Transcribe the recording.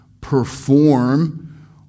perform